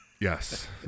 Yes